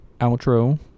outro